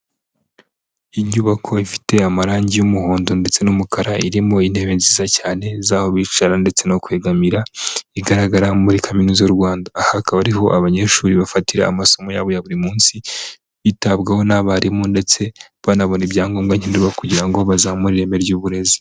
Inyubako ifite amarangi y'umuhondo ndetse n'umukara, irimo intebe nziza cyane z'aho bicara ndetse n'aho kwegamira igaragara muri kaminuza y'u Rwanda, aha hakaba ari ho abanyeshuri bafatira amasomo yabo ya buri munsi bitabwaho n'abarimu, ndetse banabona ibyangombwa nkenerwa kugira ngo bazamu ireme ry'uburezi.